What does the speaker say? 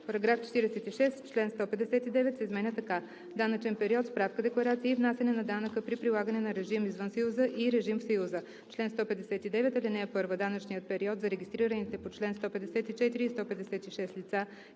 „§ 46. Член 159 се изменя така: „Данъчен период, справка-декларация и внасяне на данъка при прилагане на режим извън Съюза и режим в Съюза „Чл. 159. (1) Данъчният период за регистрираните по чл. 154 и 156 лица